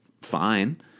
fine